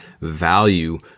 value